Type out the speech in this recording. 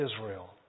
Israel